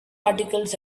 articles